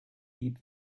eat